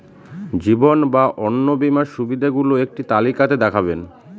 জীবন বা অন্ন বীমার সুবিধে গুলো একটি তালিকা তে দেখাবেন?